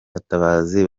gatabazi